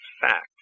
fact